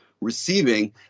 receiving